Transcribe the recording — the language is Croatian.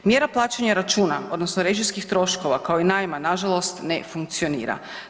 Mjera plaćanja računa odnosno režijskih troškova kao i najma nažalost ne funkcionira.